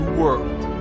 world